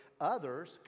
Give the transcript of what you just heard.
others